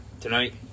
tonight